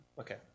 okay